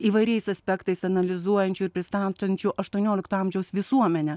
įvairiais aspektais analizuojančių ir pristatančių aštuoniolikto amžiaus visuomenę